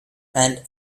and